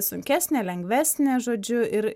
sunkesnė lengvesnė žodžiu ir